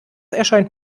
erscheint